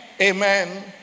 Amen